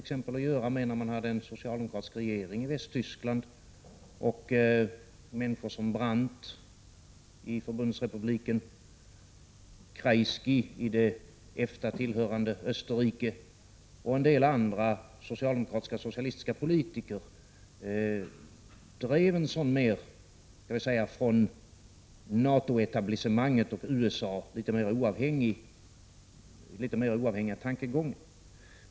Det hade att göra med att man hade en socialdemokratisk regering i Västtyskland och att människor som Brandt i Förbundsrepubliken, Kreisky i det EFTA-tillhörande Österrike och en del andra socialdemokratisksocialistiska politiker drev sådana från NATO-etablissemanget och USA något mer oavhängda tankegångar.